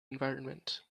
environment